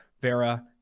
Vera